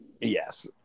yes